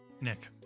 Nick